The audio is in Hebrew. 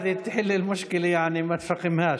באמצעות היכולות האלה ולא תגרום להרעתה.)